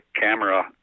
camera